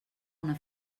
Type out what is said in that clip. una